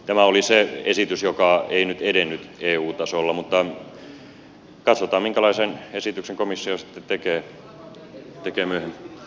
tämä oli se esitys joka ei nyt edennyt eu tasolla mutta katsotaan minkälaisen esityksen komissio sitten tekee myöhemmin